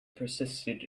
persisted